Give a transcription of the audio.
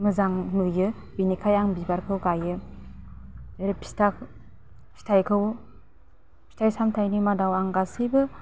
मोजां नुयो बेनिखाय आं बिबारखौ गाइयो जेरै फिथाइखौ फिथाइ सामथाइनि मादाव आं गासैबो